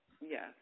yes